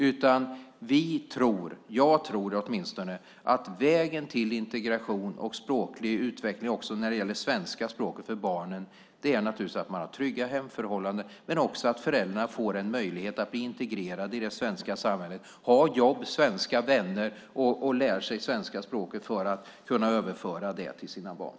Åtminstone jag tror att vägen till integration och språklig utveckling, också när det gäller svenska språket, för barnen är att man har trygga hemförhållanden, men det handlar också om att föräldrarna får en möjlighet att bli integrerade i det svenska samhället, får jobb och svenska vänner och lär sig svenska språket för att kunna överföra det till sina barn.